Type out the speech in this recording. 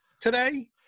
today